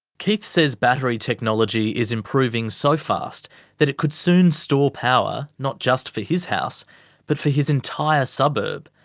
keith says battery technology is improving so fast that it could soon store power not just for his house but for his entire suburb,